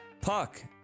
puck